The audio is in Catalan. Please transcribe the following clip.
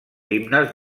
himnes